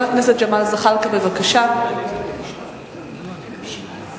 שהשר בא בלי זמן, ואחרי זה אני אמנה עשר